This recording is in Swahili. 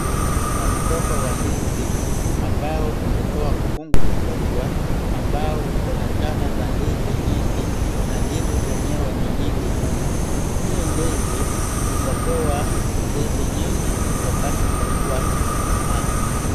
Kuna mgomba wa ndizi ambayo umetoa mkungu mkubwa ambayo uko na jane za ndizi nyingi na ndizi zenyewe ni nyingi mno. Hii ndizi itatoa ndizi nyingi wakati itakua imekomaa.